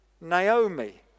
Naomi